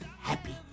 Happy